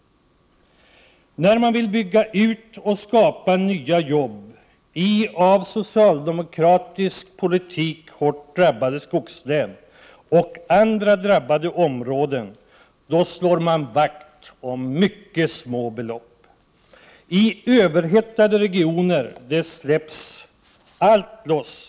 När man vill bygga ut och skapa nya jobb i av socialdemokratisk politik hårt drabbade skogslän och andra drabbade områden, då slår man vakt om mycket små belopp. I överhettade regioner släpps däremot allt loss.